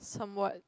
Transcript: somewhat